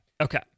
okay